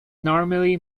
normally